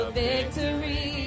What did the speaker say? victory